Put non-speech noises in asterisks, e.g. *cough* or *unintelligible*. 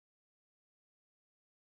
*unintelligible*